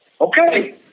okay